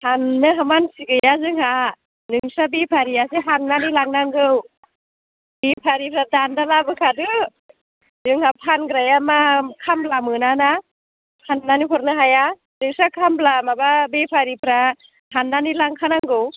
हाननो मानसि गैया जोंहा नोंस्रा बेफारियासो हाननानै लांनांगौ बेफारिफ्रा दान्दा लाबोखादो जोंहा फानग्राया मा खामला मोनाना हाननानै हरनो हाया नोंस्रा खामला माबा बेफारिफ्रा हाननानै लांखानांगौ